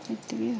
ଏତିକି ଆଉ